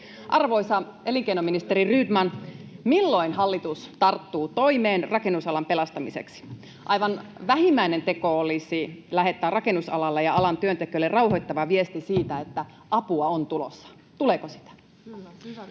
Arvoisa elinkeinoministeri Rydman, milloin hallitus tarttuu toimeen rakennusalan pelastamiseksi? Aivan vähimmäinen teko olisi lähettää rakennusalalle ja alan työntekijöille rauhoittava viesti siitä, että apua on tulossa. Tuleeko sitä?